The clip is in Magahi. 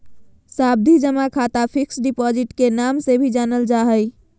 सावधि जमा खाता फिक्स्ड डिपॉजिट के नाम से भी जानल जा हय